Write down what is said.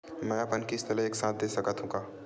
मै अपन किस्त ल एक साथ दे सकत हु का?